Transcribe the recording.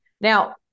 Now